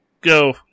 go